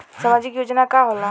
सामाजिक योजना का होला?